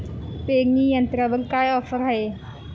पेरणी यंत्रावर काय ऑफर आहे?